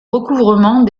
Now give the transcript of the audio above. recouvrement